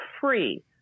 free